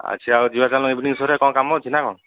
ଆଚ୍ଛା ଆଉ ଯିବା ଚାଲୁନୁ ଇଭିନିଂ ଶୋରେ କ'ଣ କାମ ଅଛି ନା କ'ଣ